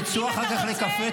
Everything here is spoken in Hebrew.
תצאו אחר כך לקפה,